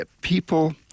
people